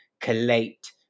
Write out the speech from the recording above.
collate